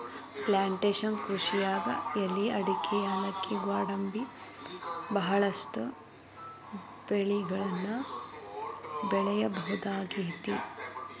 plantation ಕೃಷಿಯಾಗ್ ಎಲಿ ಅಡಕಿ ಯಾಲಕ್ಕಿ ಗ್ವಾಡಂಬಿ ಬಹಳಷ್ಟು ಬೆಳಿಗಳನ್ನ ಬೆಳಿಬಹುದಾಗೇತಿ